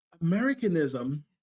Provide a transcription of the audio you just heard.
Americanism